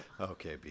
okay